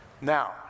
Now